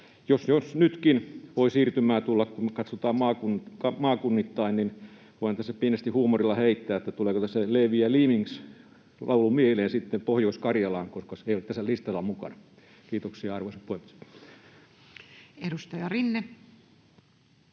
jos nytkin voi siirtymää tulla. Kun katsotaan maakunnittain, niin voin tässä pienesti huumorilla heittää, tuleeko tässä mieleen Leevin ja Leavingsin laulu Pohjois-Karjala, koska se ei ole tässä listalla mukana. — Kiitoksia, arvoisa puhemies. [Speech 42]